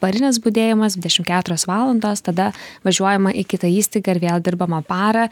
parinis budėjimas dvidešim keturios valandos tada važiuojama į kitą įstaigą ir vėl dirbama parą